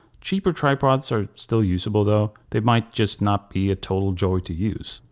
cheaper tripods are still usable though. they might just not be a total joy to use.